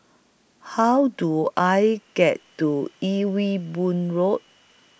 How Do I get to Ewe Boon Road